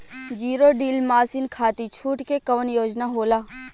Zero till machine खाती छूट के कवन योजना होला?